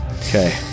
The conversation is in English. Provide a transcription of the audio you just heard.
Okay